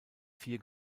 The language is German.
vier